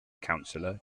councillor